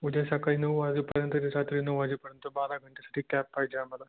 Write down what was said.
उद्या सकाळी नऊ वाजेपर्यंत ते रात्री नऊ वाजेपर्यंत बारा घंट्यासाठी कॅब पाहिजे आम्हाला